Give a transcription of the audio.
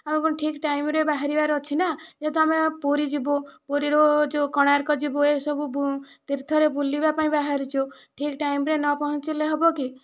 ଆଉ କ'ଣ ଠିକ୍ ଟାଇମରେ ବାହାରିବାର ଅଛି ନା ଯେହେତୁ ଆମେ ପୁରୀ ଯିବୁ ପୁରୀରୁ ଯେଉଁ କୋଣାର୍କ ଯିବୁ ଏସବୁ ବୁ ତୀର୍ଥରେ ବୁଲିବା ପାଇଁ ବାହାରିଛୁ ଠିକ୍ ଟାଇମରେ ନ ପହଁଞ୍ଚିଲେ ହେବ କି